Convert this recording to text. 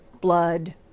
blood